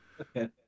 Okay